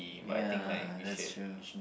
ya that's true